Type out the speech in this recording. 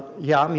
yeah. i mean